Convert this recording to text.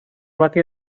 bati